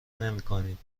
نمیکنید